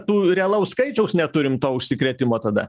tų realaus skaičiaus neturim to užsikrėtimo tada